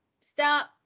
stop